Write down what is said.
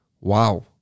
wow